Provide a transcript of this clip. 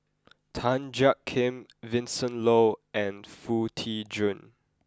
Tan Jiak Kim Vincent Leow and Foo Tee Jun